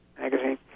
Magazine